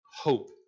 hope